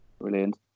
Brilliant